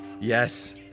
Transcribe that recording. yes